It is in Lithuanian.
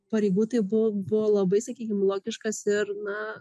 pareigų tai buvo buvo labai sakykim logiškas ir na